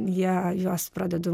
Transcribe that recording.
jie juos pradedu